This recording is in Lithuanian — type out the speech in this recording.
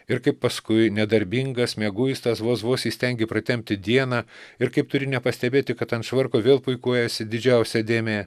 ir kaip paskui nedarbingas mieguistas vos vos įstengi pratempti dieną ir kaip turi nepastebėti kad ant švarko vėl puikuojasi didžiausia dėmė